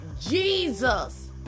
Jesus